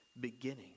beginning